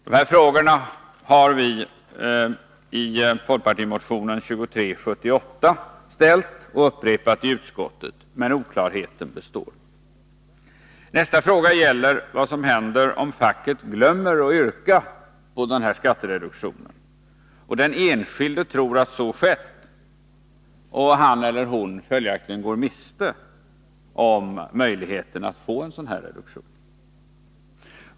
Dessa frågor har vi ställt i motion 2378 och upprepat i utskottet, men oklarheten består. Nästa fråga gäller vad som händer om facket ”glömmer” att yrka på skattereduktion och den enskilde tror att så skett och han/hon följaktligen går miste om att få denna reduktion.